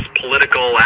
political